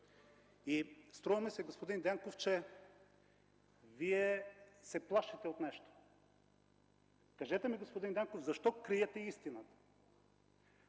Струва ми се, господин Дянков, че Вие се плашите от нещо. Кажете ми, господин Дянков, защо криете истината?